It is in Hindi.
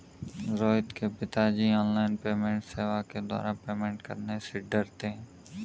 रोहित के पिताजी ऑनलाइन पेमेंट सेवा के द्वारा पेमेंट करने से डरते हैं